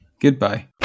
Goodbye